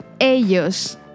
Ellos